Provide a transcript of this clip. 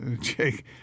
Jake